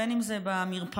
בין שזה במרפאות,